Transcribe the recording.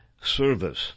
service